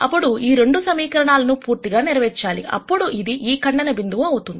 అప్పుడు ఈ రెండు సమీకరణాలను పూర్తిగా నెరవేర్చాలి అప్పుడు ఇది ఈ ఖండన బిందువు అవుతుంది